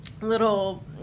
little